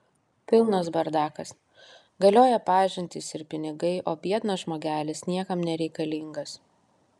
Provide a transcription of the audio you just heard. pilnas bardakas galioja pažintys ir pinigai o biednas žmogelis niekam nereikalingas